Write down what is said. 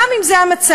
גם אם זה המצב,